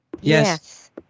Yes